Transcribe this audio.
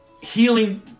healing